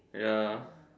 ya